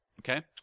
Okay